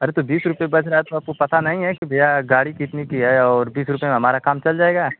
अरे तो बीस रुपये बच रहा है तो आपको पता नहीं है कि भैया गाड़ी कितने की है और बीस रुपये में हमारा काम चल जाएगा